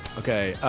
okay.